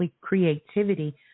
creativity